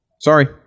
Sorry